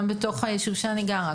גם בתוך היישוב שאני גרה,